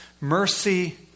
Mercy